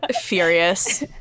furious